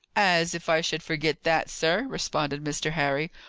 as if i should forget that, sir! responded mr. harry.